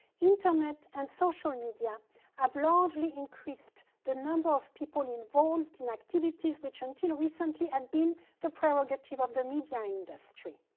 internet and social media have largely increased the number of people involved in activities which, until recently, have and been the prerogative of the media industry.